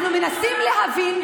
אנחנו מנסים להבין,